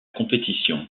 compétition